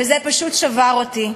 וזה פשוט שבר אותי.